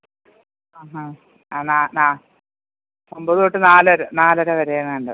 ആ ഹ അ ഒമ്പത് തൊട്ട് നാലര നാലര വരെ എങ്ങാണ്ട്